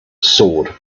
sword